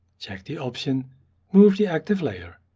check the option move the active layer.